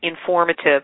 informative